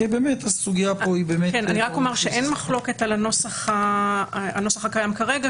כי הסוגיה פה היא --- אני רק אומר שאין מחלוקת על הנוסח הקיים כרגע,